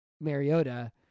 Mariota